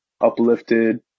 uplifted